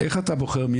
איך אתה בוחר מי